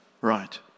Right